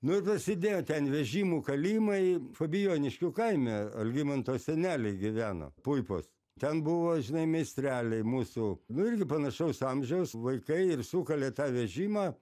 nu ir prasidėjo ten vežimų kalimai fabijoniškių kaime algimanto seneliai gyveno puipos ten buvo žinai meistreliai mūsų nu irgi panašaus amžiaus vaikai ir sukalė tą vežimą